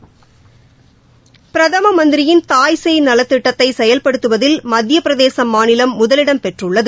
பிரதம மந்திரியின் தாய்சேப் நலத்திட்டத்தை செயல்படுத்துவதில் மத்திய பிரதேச மாநிலம் முதலிடம் பெற்றுள்ளது